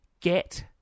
Get